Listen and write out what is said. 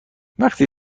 وقتی